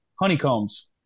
Honeycombs